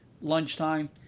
Lunchtime